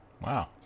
Wow